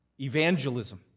Evangelism